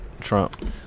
Trump